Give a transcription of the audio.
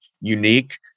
unique